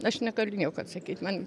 aš negaliu nieko atsakyt man